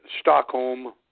Stockholm